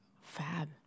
Fab